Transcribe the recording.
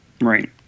right